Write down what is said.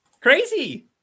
crazy